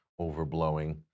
overblowing